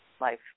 life